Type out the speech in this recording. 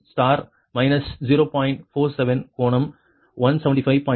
47 கோணம் 175